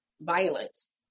violence